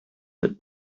but